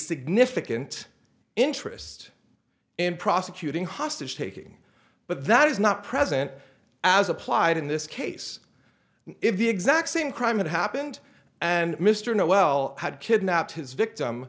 significant interest in prosecuting hostage taking but that is not present as applied in this case if the exact same crime had happened and mr know well had kidnapped his victim